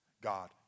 God